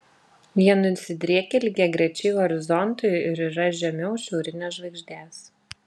jie nusidriekę lygiagrečiai horizontui ir yra žemiau šiaurinės žvaigždės